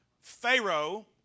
Pharaoh